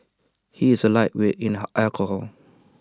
he is A lightweight in alcohol